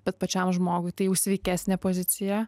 bet pačiam žmogui tai jau sveikesnė pozicija